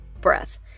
breath